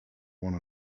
one